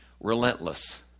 relentless